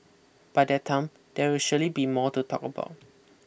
by that time there will surely be more to talk about